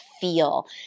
feel